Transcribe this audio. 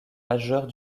majeurs